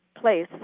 place